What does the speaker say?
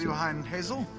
behind hazel.